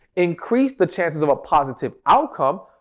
increase the chances of a positive outcome,